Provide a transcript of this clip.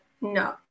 no